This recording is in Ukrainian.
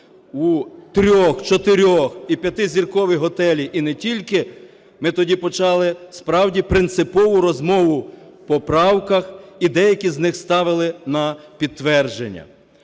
у трьох-, чотирьох- і п'ятизіркові готелі і не тільки. Ми тоді почали справді принципову розмову по правках і деякі з них ставили на підтвердження.